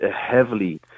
heavily